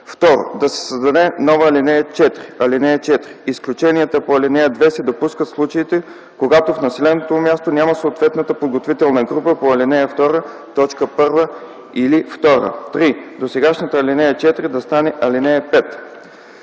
2. Да се създаде нова ал. 4: „(4) Изключения по ал. 2 се допускат в случаите, когато в населеното място няма съответната подготвителна група по ал. 2, т. 1 или 2.” 3. Досегашната ал. 4 да стане ал. 5.